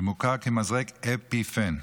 שמוכר כמזרק אפיפן,